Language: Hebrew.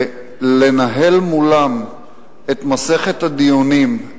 ולנהל מולם את מסכת הדיונים,